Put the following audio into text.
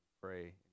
Pray